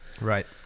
Right